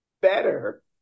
better